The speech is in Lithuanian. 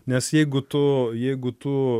nes jeigu tu jeigu tu